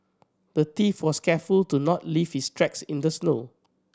the thief was careful to not leave his tracks in the snow